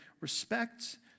Respect